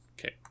Okay